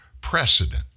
precedent